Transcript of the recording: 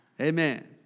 Amen